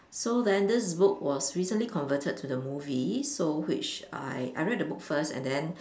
so then this book was recently converted to the movie so which I I read the book first and then